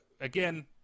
again